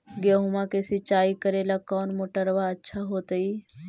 गेहुआ के सिंचाई करेला कौन मोटरबा अच्छा होतई?